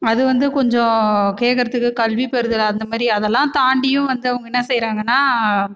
அது வந்து கொஞ்சம் கேட்குறதுக்கு கல்வி பெறுதல் அந்தமாதிரி அதெல்லாம் தாண்டியும் வந்து அவங்க என்ன செய்கிறாங்கன்னா